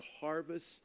harvest